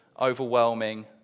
overwhelming